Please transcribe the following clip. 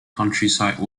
countryside